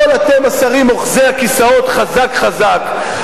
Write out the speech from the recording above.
כל השרים אוחזי הכיסאות חזק-חזק,